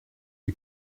die